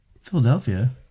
Philadelphia